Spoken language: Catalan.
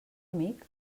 amic